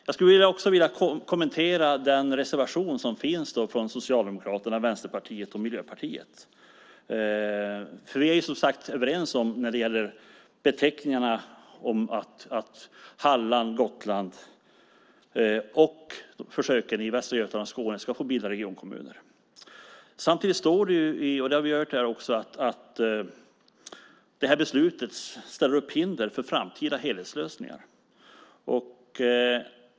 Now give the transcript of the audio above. Jag skulle också vilja kommentera den reservation som finns från Socialdemokraterna, Vänsterpartiet och Miljöpartiet. Man är som sagt var överens när det gäller beteckningarna om att Halland, Gotland och försöken i Västra Götaland och Skåne ska få bilda regionkommuner. Samtidigt står det, och det har vi också hört här, att detta beslut ställer upp hinder för framtida helhetslösningar.